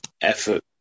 effort